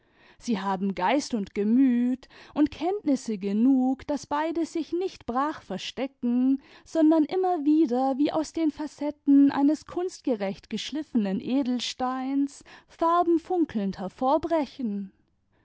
sie haben geist imd gemüt imd kenntnisse genug daß beide sich nicht brach verstecken sondern immer wieder wie aus den facetten eines kimstgerecht geschliffenen edelsteins farbenfunkelnd hervorbrechen